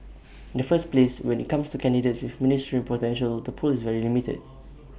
in the first place when IT comes to candidates with ministerial potential the pool is very limited